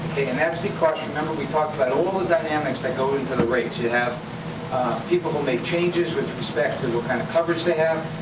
and that's because, remember, we talked about all the dynamics that go into the rates. you have people who made changes with respect to what kind of coverage they have.